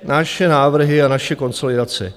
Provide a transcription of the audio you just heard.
Naše návrhy a naše konsolidace.